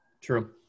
True